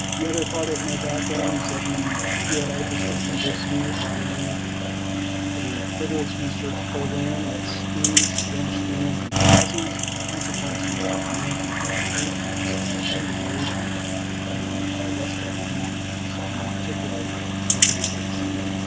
the other part of my background is that we here at idaho state university are running a vigorous research program that aims to understand the causes consequences and management implications of wind erosion in our western rangelands and in particular the great basin.